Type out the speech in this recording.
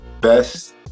best